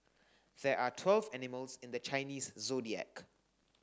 there are twelve animals in the Chinese Zodiac